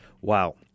Wow